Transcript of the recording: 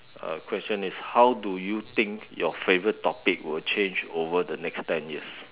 uh question is how do you think your favourite topic will change over the next ten years